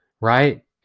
Right